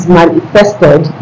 manifested